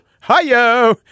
Hi-yo